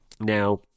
Now